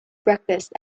breakfast